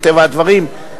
מטבע הדברים,